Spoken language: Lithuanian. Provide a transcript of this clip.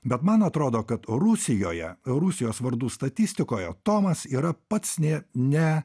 bet man atrodo kad rusijoje rusijos vardų statistikoje tomas yra pats nė ne